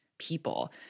people